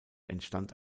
entstand